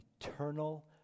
eternal